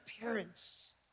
parents